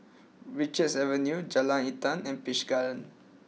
Richards Avenue Jalan Intan and Peach Garden